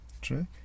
True